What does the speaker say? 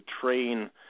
train